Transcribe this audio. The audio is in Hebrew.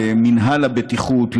למינהל הבטיחות,